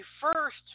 first